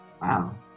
Wow